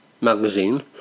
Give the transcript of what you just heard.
magazine